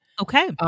Okay